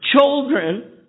children